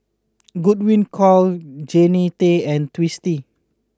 Godwin Koay Jannie Tay and Twisstii